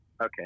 okay